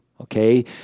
Okay